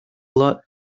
lot